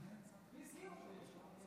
מי הזכיר אותו?